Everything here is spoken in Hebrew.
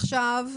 עכשיו,